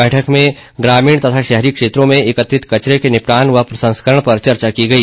बैठक में ग्रामीण तथा शहरी क्षेत्रों में एकत्रित कचरे के निपटान व प्रसंस्करण पर चर्चा की गई